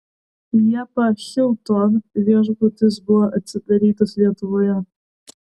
liepą hilton viešbutis buvo atidarytas lietuvoje